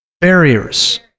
Barriers